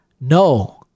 No